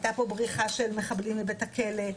הייתה פה בריחה של מחבלים מבית הכלא,